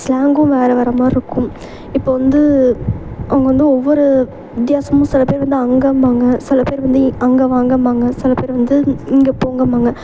ஸ்லேங்கும் வேறு வேறு மாதிரிருக்கும் இப்போ வந்து அவங்க வந்து ஒவ்வொரு வித்தியாசமும் சில பேர் வந்து அங்கம்பாங்க சில பேர் வந்து அங்கே வாங்கம்பாங்க சில பேர் வந்து இங்கே போங்கம்பாங்க